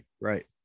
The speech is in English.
right